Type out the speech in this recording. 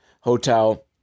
hotel